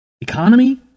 Economy